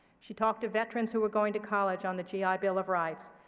she talked to veterans who were going to college on the gi bill of rights,